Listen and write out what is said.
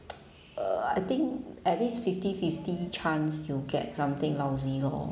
err I think at least fifty fifty chance you'll get something lousy lor